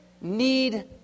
need